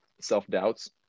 self-doubts